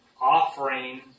offering